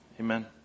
Amen